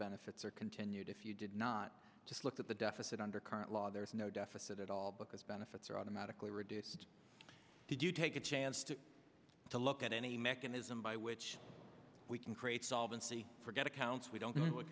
benefits are continued if you did not just look at the deficit under current law there is no deficit at all because benefits are automatically reduced did you take a chance to to look at any mechanism by which we can create solvency for get accounts we don't